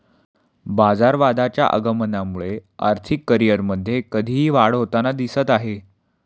बाजारवादाच्या आगमनामुळे आर्थिक करिअरमध्ये कधीही वाढ होताना दिसत आहे